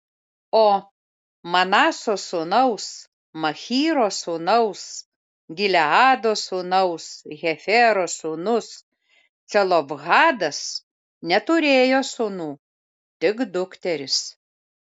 o manaso sūnaus machyro sūnaus gileado sūnaus hefero sūnus celofhadas neturėjo sūnų tik dukteris